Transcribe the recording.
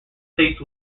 states